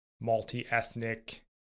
multi-ethnic